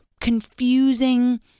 confusing